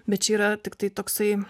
bet čia yra tiktai toksai